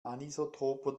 anisotroper